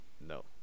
No